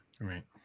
Right